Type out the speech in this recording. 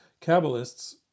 Kabbalists